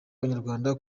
abanyarwanda